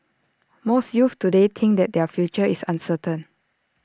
most youths today think that their future is uncertain